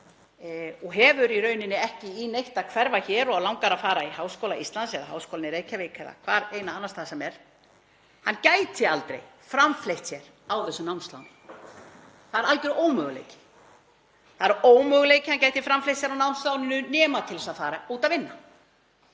og hefur í rauninni ekki í neitt að hverfa hér og langar að fara í Háskóla Íslands eða Háskólann í Reykjavík eða hvar annars staðar sem er, gæti aldrei framfleytt sér á þessu námsláni. Það er alger ómöguleiki. Það er ómöguleiki að hann gæti framfleytt sér á námsláninu nema fara út að vinna.